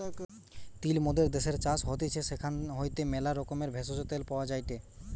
তিল মোদের দ্যাশের চাষ হতিছে সেখান হইতে ম্যালা রকমের ভেষজ, তেল পাওয়া যায়টে